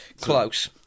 Close